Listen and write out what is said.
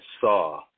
saw